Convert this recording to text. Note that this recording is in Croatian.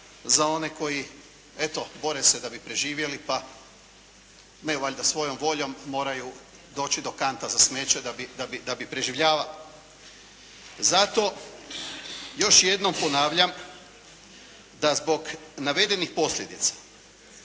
za one koji eto bore se da bi preživjeli, pa ne valjda svojom voljom moraju doći do kanta za smeće da bi preživljavali. Zato još jednom ponavljam da zbog navedenih posljedica